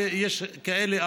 ויש כאלה,